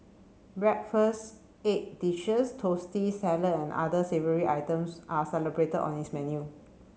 breakfast egg dishes toasties salad and other savoury items are celebrated on its menu